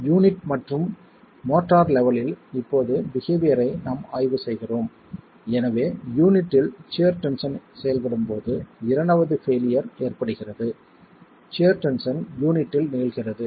unit மற்றும் mortar லெவெலில் இப்போது பிஹேவியர்யை நாம் ஆய்வு செய்கிறோம் எனவே யூனிட்டில் சியர் டென்ஷன் செயல்படும் போது இரண்டாவது பெயிலியர் ஏற்படுகிறது சியர் டென்ஷன் யூனிட்டில் நிகழ்கிறது